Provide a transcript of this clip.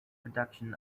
production